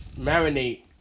marinate